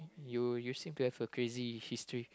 you you seem to have a crazy history